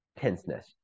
tenseness